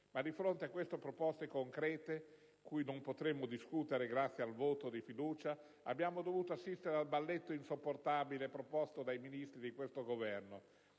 Ma a fronte di proposte concrete, di cui non potremo discutere a causa del voto di fiducia, abbiamo dovuto assistere ad un balletto insopportabile proposto dai Ministri di questo Governo.